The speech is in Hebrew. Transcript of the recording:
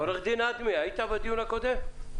עו"ד אדמי, היית בדיון הקודם?